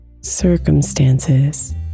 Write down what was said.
circumstances